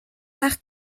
par